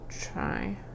try